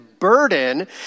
burden